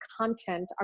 content